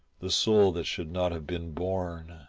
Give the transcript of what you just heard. the soul that should not have been born.